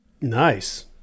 Nice